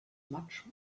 much